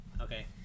Okay